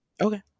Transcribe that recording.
Okay